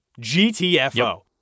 GTFO